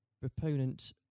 proponent